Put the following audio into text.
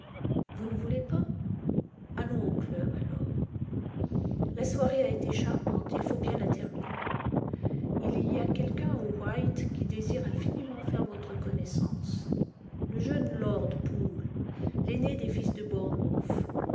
vous ne voulez pas allons au club alors la soirée a été charmante il faut bien la terminer il y a quelqu'un au white qui désire infiniment faire votre connaissance le jeune lord pool l'aîné des fils de